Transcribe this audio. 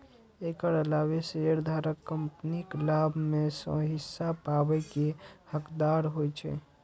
एकर अलावे शेयरधारक कंपनीक लाभ मे सं हिस्सा पाबै के हकदार होइ छै